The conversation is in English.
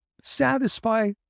satisfy